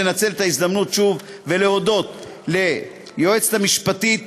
לנצל את ההזדמנות שוב ולהודות ליועצת המשפטית